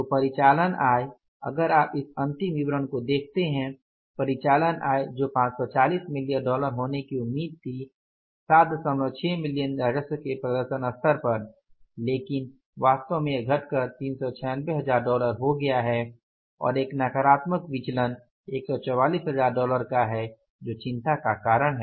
तो परिचालन आय अगर आप इस अंतिम विवरण को देखते हैं परिचालन आय जो 540 मिलियन डॉलर होने की उम्मीद थी 76 मिलियन राजस्व के प्रदर्शन के स्तर पर लेकिन वास्तव में यह घटकर 396 हजार डॉलर हो गया है और एक नकारात्मक विचलन 144 हजार डॉलर का है जो चिंता का कारण है